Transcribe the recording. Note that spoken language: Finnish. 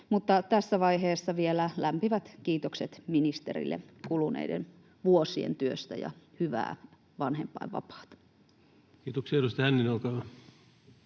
tässä vaiheessa vielä lämpimät kiitokset ministerille kuluneiden vuosien työstä, ja hyvää vanhempainvapaata. [Speech 290] Speaker: